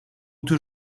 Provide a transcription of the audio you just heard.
tür